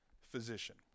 physician